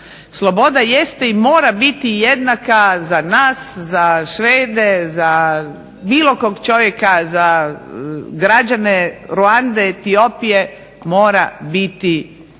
Sloboda jeste i mora biti jednaka za nas, za Švede, za bilo kog čovjeka, za građane Ruande, Etiopije mora biti na